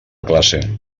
classe